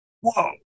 Whoa